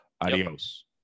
adios